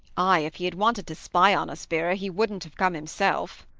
ay, if he had wanted to spy on us, vera, he wouldn't have come himself.